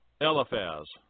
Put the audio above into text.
Eliphaz